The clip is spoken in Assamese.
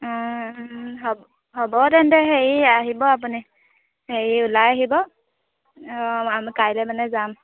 অঁ হ'ব হ'ব তেন্তে হেৰি আহিব আপুনি হেৰি ওলাই আহিব অঁ আমি কাইলৈ মানে যাম